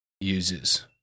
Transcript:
uses